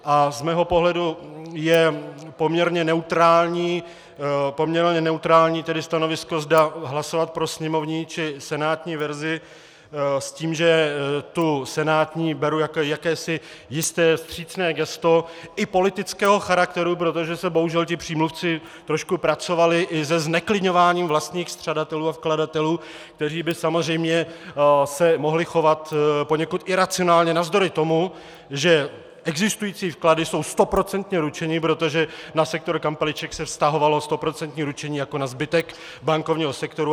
A z mého pohledu je poměrně neutrální stanovisko, zda hlasovat pro sněmovní, či senátní verzi, s tím, že senátní beru jako jakési jisté vstřícné gesto i politického charakteru, protože bohužel ti přímluvci trošku pracovali i se zneklidňováním vlastních střadatelů a vkladatelů, kteří by se samozřejmě mohli chovat poněkud iracionálně navzdory tomu, že existující vklady jsou stoprocentně ručeny, protože na sektor kampeliček se vztahovalo stoprocentní ručení jako na zbytek bankovního sektoru.